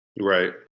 Right